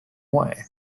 way